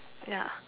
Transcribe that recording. ya